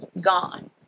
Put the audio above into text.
gone